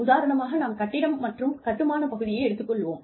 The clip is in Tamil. உதாரணமாக நாம் கட்டிடம் மற்றும் கட்டுமான பகுதியை எடுத்துக் கொள்வோம்